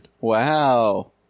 Wow